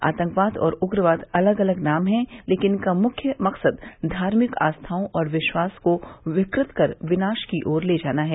आतंकवाद और उग्रवाद अलग अलग नाम है लेकिन इनका मुख्य मकसद धार्मिक आस्थाओं और विश्वास को विकृत कर विनाश की ओर ले जाना है